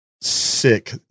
sick